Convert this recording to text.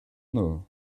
nor